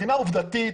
מבחינה עובדתית,